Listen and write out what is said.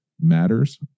matters